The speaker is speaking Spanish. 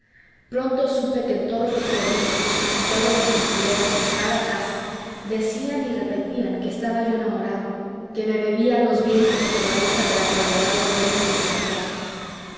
pronto supe que en todos los corrillos en todos los mentideros en cada casa decían y repetían que estaba yo enamorado que me bebía los vientos por la hija del acaudalado dueño de santa clara